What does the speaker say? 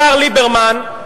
השר ליברמן,